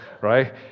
right